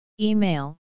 Email